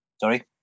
sorry